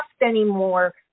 anymore